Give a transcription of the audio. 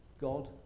God